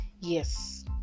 Yes